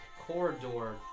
corridor